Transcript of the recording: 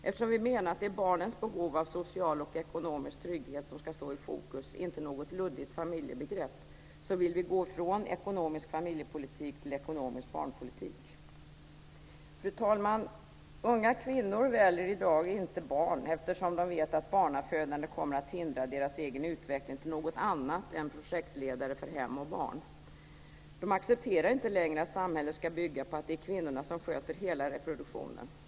Eftersom vi menar att det är barnens behov av social och ekonomisk trygghet som ska stå i fokus - inte något luddigt familjebegrepp - vill vi gå från ekonomisk familjepolitik till ekonomisk barnpolitik. Fru talman! Unga kvinnor väljer i dag att inte föda barn, eftersom de vet att barnafödande kommer att hindra deras egen utveckling till något annat än projektledare för hem och barn. De accepterar inte längre att samhället ska bygga på att det är kvinnorna som sköter hela reproduktionen.